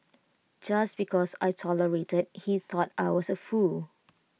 just because I tolerated he thought I was A fool